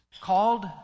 called